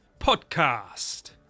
podcast